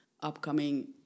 upcoming